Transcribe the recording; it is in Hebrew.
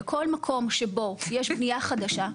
בכל מקום שבו יש בנייה חדשה.